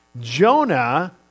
Jonah